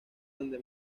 donde